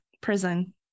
prison